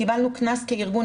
קיבלנו קנס כארגון,